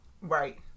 Right